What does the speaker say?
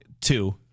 Two